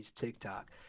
TikTok